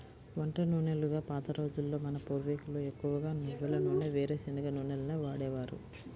వంట నూనెలుగా పాత రోజుల్లో మన పూర్వీకులు ఎక్కువగా నువ్వుల నూనె, వేరుశనగ నూనెలనే వాడేవారు